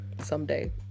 someday